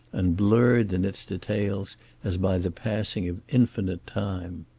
and blurred in its details as by the passing of infinite time.